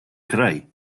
край